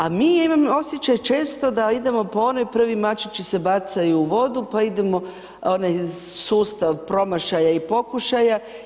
A mi, ja imam osjećaj često da idemo po onoj prvi mačići se bacaju u vodu, pa idemo, onaj sustav promašaja i pokušaja.